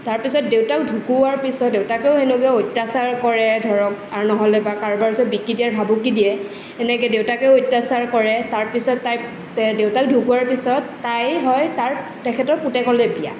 তাৰপিছত দেউতাক ঢুকোৱাৰ পিছত দেউতাকেও এনেকৈ অত্যাচাৰ কৰে ধৰক আৰু নহ'লে কাৰোবাৰ ওচৰত বিক্ৰী দিয়াৰ ভাবুকি দিয়ে এনেকৈ দেউতাকেও অত্যাচাৰ কৰে তাৰপিছত তাই দেউতাক ঢুকোৱাৰ পিছত তাই হয় তাৰ তেখেতৰ পুতেকলৈ বিয়া